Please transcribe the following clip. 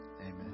Amen